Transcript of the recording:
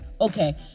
okay